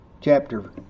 chapter